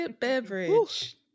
beverage